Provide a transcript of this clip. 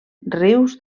rius